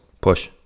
Push